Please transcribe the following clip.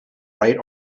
right